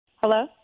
Hello